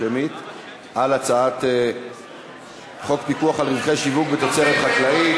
על הצעת חוק פיקוח על רווחי שיווק בתוצרת חקלאית,